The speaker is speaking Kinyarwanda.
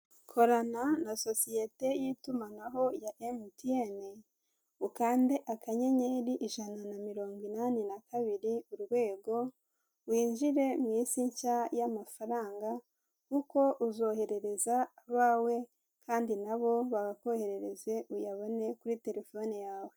Korana na sosiyete y'itumanaho ya emutiyene ukande akanyenyeri ijana na mirongo inani na kabiri urwego winjire mu isi nshya y'amafaranga kuko uzoherereza abawe kandi nabo bakoherereze uyabone kuri telefone yawe.